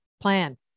plan